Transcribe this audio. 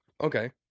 Okay